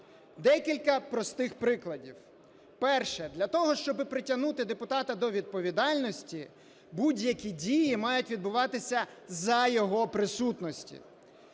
Декілька простих прикладів. Перше. Для того, щоб притягнути депутата до відповідальності, будь-які дії мають відбуватися за його присутності.